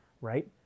right